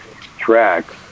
tracks